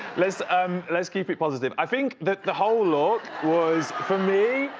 let's um let's keep it positive. i think that the whole look was, for me,